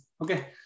Okay